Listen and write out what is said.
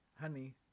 Honey